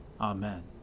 Amen